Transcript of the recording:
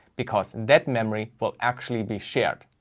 because that memory will actually be shared.